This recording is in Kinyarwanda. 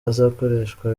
azakoreshwa